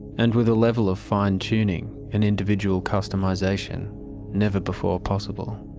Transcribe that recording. and with a level of fine-tuning an individual customisation never before possible.